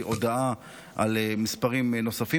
זו משימה שאני חושב שכל חברי הכנסת צריכים לקחת על עצמם,